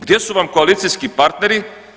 Gdje su vam koalicijske partneri?